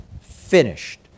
finished